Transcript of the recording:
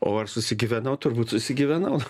o ar susigyvenau turbūt susigyvenau